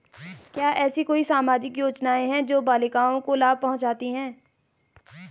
क्या ऐसी कोई सामाजिक योजनाएँ हैं जो बालिकाओं को लाभ पहुँचाती हैं?